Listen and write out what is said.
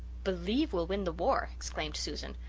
believe we'll win the war! exclaimed susan.